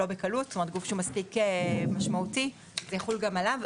הגוף הוא מספיק משמעותי סעיף זה בהחלט יחול גם עליו,